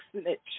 snitch